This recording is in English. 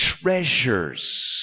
treasures